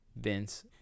Vince